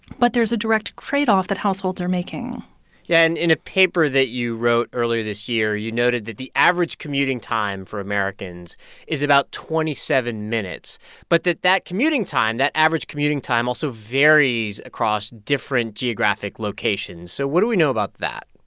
but there's a direct trade-off that households are making yeah. and in a paper that you wrote earlier this year, you noted that the average commuting time for americans is about twenty seven minutes but that that commuting time that average commuting time also varies across different geographic locations. so what do we know about that?